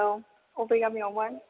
औ बबे गामियावमोन